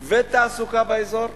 ותעסוקה באזור,